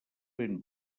ben